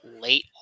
late